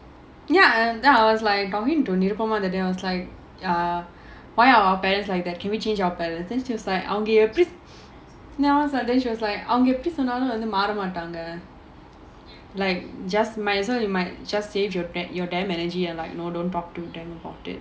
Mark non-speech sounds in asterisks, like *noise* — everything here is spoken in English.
ya and then I was like *laughs* I was like err why our parents like that can we change our parents then she was like அவங்க எப்படி சொன்னாலும் அவங்க மாற மாட்டாங்க:avanga eppadi sonnaalum avanga maara maattaanga like just might as well save them energy and you know don't talk to them about it